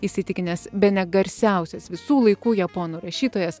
įsitikinęs bene garsiausias visų laikų japonų rašytojas